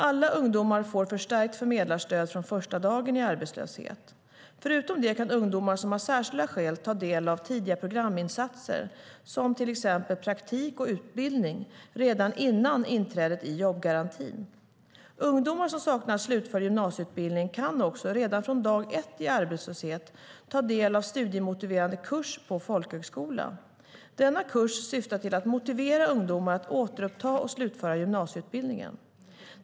Alla ungdomar får förstärkt förmedlarstöd från första dagen i arbetslöshet. Förutom det kan ungdomar som har särskilda skäl ta del av tidiga programinsatser som praktik och utbildning redan innan inträdet i jobbgarantin. Ungdomar som saknar slutförd gymnasieutbildning kan också redan från dag ett i arbetslöshet ta del av studiemotiverande kurs på folkhögskola. Denna kurs syftar till att motivera ungdomar att återuppta och slutföra gymnasieutbildningen.